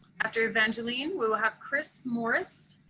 after evangeline, we will have chris morris.